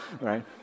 right